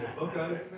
okay